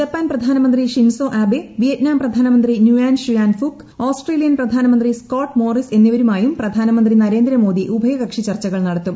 Japan പ്രധാനമന്ത്രി Shinzo Abe Vietnam പ്രധാനമന്ത്രി നുയാൻ ഷിയാൻ ഫുക് ഓസ്ട്രേലിയൻ പ്രധാനമന്ത്രി സ്കോട്ട് മോറിസ് എന്നിവരുമായും പ്രധാനമന്ത്രി നരേന്ദ്രമോദി ഉഭയകക്ഷി ചർച്ചകൾ നടത്തും